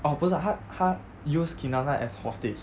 oh 不是他他 use kim na na as hostage